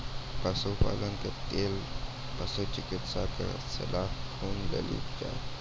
पशुपालन के लेल पशुचिकित्शक कऽ सलाह कुना लेल जाय?